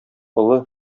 олы